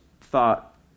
thought